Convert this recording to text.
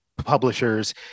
publishers